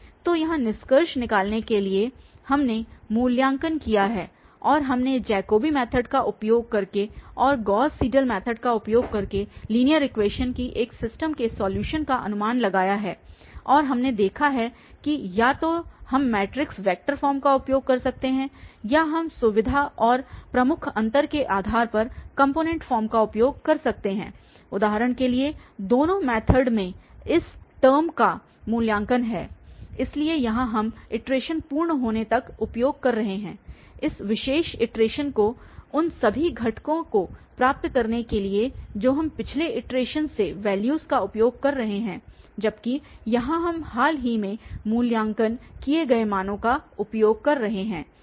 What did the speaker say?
तो यहां निष्कर्ष निकालने के लिए हमने मूल्यांकन किया है या हमने जैकोबी मैथड का उपयोग करके और गॉस सीडल मैथड का उपयोग करके लीनियर इक्वेशन की एक सिस्टम के सॉल्यूशन का अनुमान लगाया है और हमने देखा है कि या तो हम मैट्रिक्स वेक्टर फॉर्म का उपयोग कर सकते हैं या हम सुविधा और प्रमुख अंतर के आधार पर कॉम्पोनेंट फॉर्म का उपयोग कर सकते हैं उदाहरण के लिए दोनों मैथडस में इस टर्म का मूल्यांकन है इसलिए यहां हम इटरेशन पूर्ण होने तक उपयोग कर रहे हैं उस विशेष इटरेशन को उन सभी घटकों को प्राप्त करने के लिए जो हम पिछले इटरेशन से वैल्यूस का उपयोग कर रहे हैं जबकि यहां हम हाल ही में मूल्यांकन किए गए मानों का उपयोग कर रहे हैं